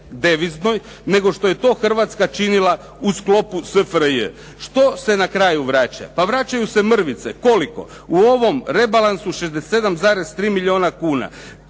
nego što je to Hrvatska činila u sklopu SFRJ. Što se na kraju vraća? Pa vraćaju se mrvice. Koliko? U ovom rebalansu 67,3 milijuna kuna.